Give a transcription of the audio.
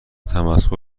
تمسخر